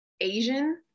Asian